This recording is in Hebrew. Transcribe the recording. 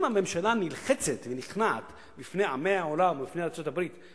אם הממשלה נלחצת ונכנעת בפני עמי העולם או בפני ארצות-הברית,